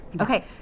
Okay